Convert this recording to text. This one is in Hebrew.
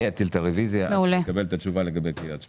אטיל את הרוויזיה עד שנקבל את התשובה לגבי קריית שמונה.